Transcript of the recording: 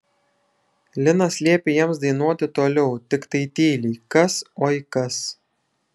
linas liepė jiems dainuoti toliau tiktai tyliai kas oi kas